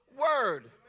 word